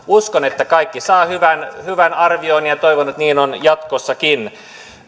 uskon että kaikki saavat hyvän hyvän arvion ja toivon että niin on jatkossakin